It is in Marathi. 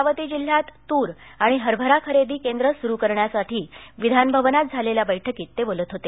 अमरावती जिल्ह्यात तूर आणि हरभरा खरेदी केंद्र सुरु करण्यासाठी विधानभवनात झालेल्या बैठकीत ते बोलत होते